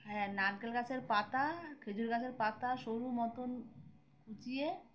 হ্যাঁ নারকেল গাছের পাতা খেজুর গাছের পাতা সরু মতন কুচিয়ে